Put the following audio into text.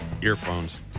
earphones